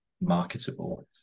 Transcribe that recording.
marketable